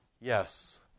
Yes